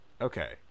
Okay